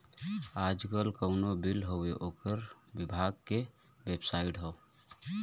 आजकल कउनो बिल हउवे ओकर विभाग के बेबसाइट हौ